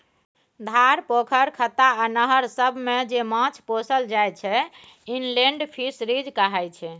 धार, पोखरि, खत्ता आ नहर सबमे जे माछ पोसल जाइ छै इनलेंड फीसरीज कहाय छै